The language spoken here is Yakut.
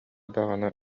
даҕаны